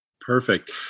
Perfect